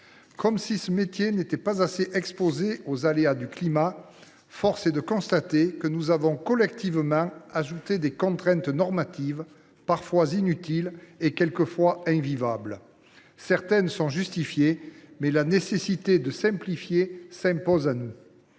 Comme s’il n’était pas assez exposé aux aléas du climat, force est de constater que nous y avons collectivement ajouté des contraintes normatives parfois inutiles, quelques fois invivables. Certaines sont justifiées, mais la nécessité de simplifier s’impose à nous.